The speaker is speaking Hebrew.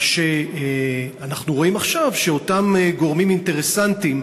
מה שאנחנו רואים עכשיו, שאותם גורמים אינטרסנטיים,